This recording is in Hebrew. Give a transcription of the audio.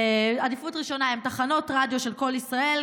עדיפות ראשונה: תחנות רדיו של קול ישראל,